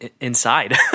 inside